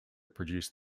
produced